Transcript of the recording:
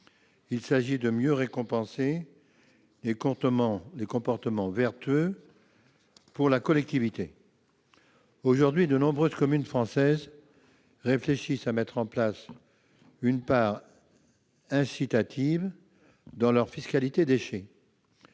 Il s'agit donc de mieux récompenser les comportements vertueux pour la collectivité. Aujourd'hui, de nombreuses communes françaises réfléchissent à mettre en place une part incitative dans leur fiscalité relative